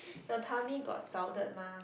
your tummy got scalded mah